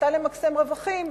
שמטרתה למקסם רווחים,